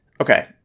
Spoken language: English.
okay